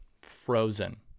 frozen